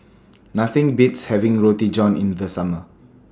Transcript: Nothing Beats having Roti John in The Summer